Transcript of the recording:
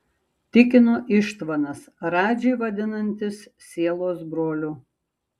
tikino ištvanas radžį vadinantis sielos broliu